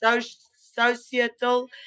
societal